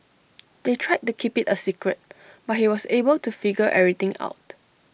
they tried to keep IT A secret but he was able to figure everything out